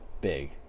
Big